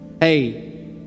hey